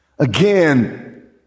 Again